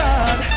God